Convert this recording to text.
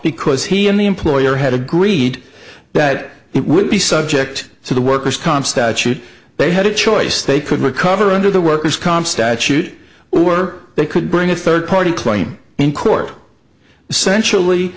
because he and the employer had agreed that it would be subject to the worker's comp statute they had a choice they could recover under the worker's comp statute were they could bring a third party claim in court essentially